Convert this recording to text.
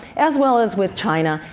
as well as with china,